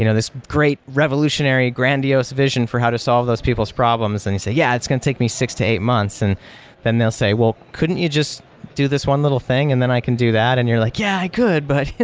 you know this great revolutionary grandiose vision for how to solve those people's problems, and you say, yeah, it's going to take me six to eight months. and then they'll say, well, couldn't you just do this one little thing and then i can do that, and you're like, yeah, i could, but